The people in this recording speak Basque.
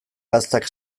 gaztak